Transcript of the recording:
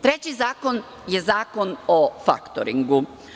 Treći zakon je zakon o faktoringu.